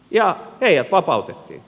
ja heidät vapautettiin